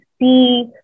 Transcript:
see